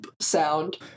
sound